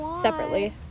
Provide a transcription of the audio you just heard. separately